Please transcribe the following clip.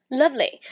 lovely 。